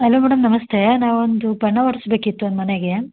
hello madam ನಮಸ್ತೇ ನಾವು ಒಂದು ಬಣ್ಣ ಹೊಡೆಸ್ಬೇಕಿತ್ತು ಒನ್ ಮನೆಗೆ